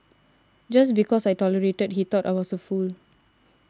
just because I tolerated he thought I was a fool